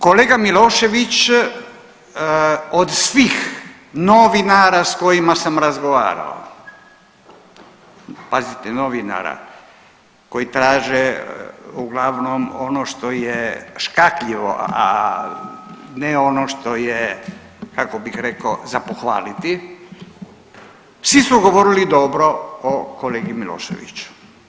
Kolega Milošević od svih novinara s kojima sam razgovarao, pazite novinara koji traže uglavnom ono što je škakljivo, a ne ono što je, kako bih rekao, za pohvaliti, svi su govorili dobro o kolegi Miloševiću.